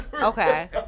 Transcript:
okay